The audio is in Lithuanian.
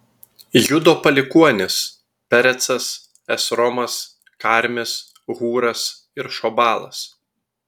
judo palikuonys perecas esromas karmis hūras ir šobalas